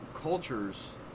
cultures